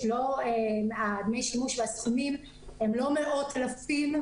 דמי השימוש והסכומים הם לא מאות אלפים,